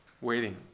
waiting